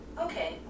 Okay